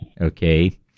okay